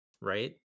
right